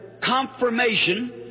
confirmation